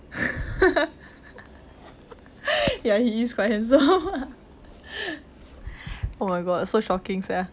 ya he is quite handsome oh my god so shocking [sial]